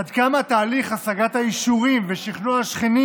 עד כמה תהליך השגת האישורים ושכנוע השכנים